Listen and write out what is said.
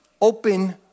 Open